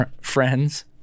friends